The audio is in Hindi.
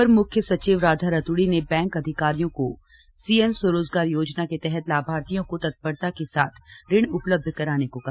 अपर मुख्य सचिव राधा रतूड़ी ने बैंक अधिकारियों को सीएम स्वरोजगार योजना के तहत लाभार्थियों को तत्परता के साथ ऋण उपलब्ध कराने को कहा